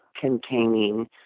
containing